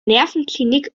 nervenklinik